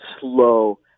slow